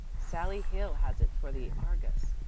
sallie hill has it for the argus.